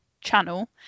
channel